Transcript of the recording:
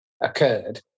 occurred